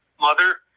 mother